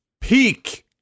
peak